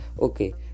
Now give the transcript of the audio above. okay